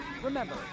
Remember